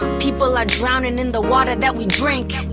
people are drowning in the water that we drink.